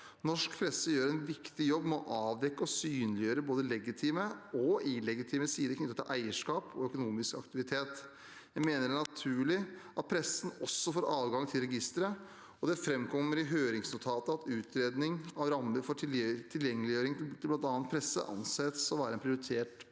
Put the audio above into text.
Norsk presse gjør en viktig jobb med å avdekke og synliggjøre både legitime og illegitime sider knyttet til eierskap og økonomisk aktivitet. Jeg mener det er naturlig at pressen også får adgang til registeret, og det framkommer i høringsnotatet at utredning av rammer for tilgjengeliggjøring til bl.a. presse anses å være en prioritert oppgave.